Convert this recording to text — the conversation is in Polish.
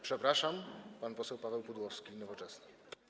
Przepraszam, pan poseł Paweł Pudłowski, Nowoczesna.